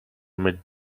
mid